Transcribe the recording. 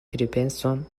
pripenson